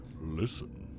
listen